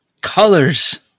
colors